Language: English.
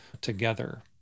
together